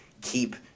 keep